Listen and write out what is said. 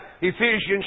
Ephesians